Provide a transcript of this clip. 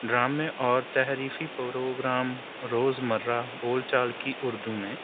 ڈرامے اور تفریحی پروگرام روز مرہ بول چال کی اردو میں